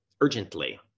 urgently